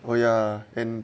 oh ya and